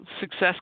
Success